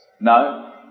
No